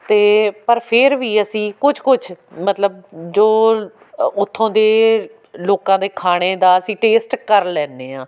ਅਤੇ ਪਰ ਫਿਰ ਵੀ ਅਸੀਂ ਕੁਛ ਕੁਛ ਮਤਲਬ ਜੋ ਅ ਉੱਥੋਂ ਦੇ ਲੋਕਾਂ ਦੇ ਖਾਣੇ ਦਾ ਅਸੀਂ ਟੇਸਟ ਕਰ ਲੈਂਦੇ ਹਾਂ